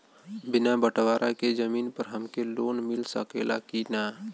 बिना बटवारा के जमीन पर हमके लोन मिल सकेला की ना?